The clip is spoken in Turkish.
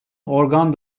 organ